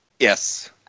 Yes